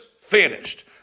finished